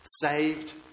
saved